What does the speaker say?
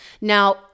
Now